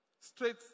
straight